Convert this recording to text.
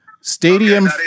Stadium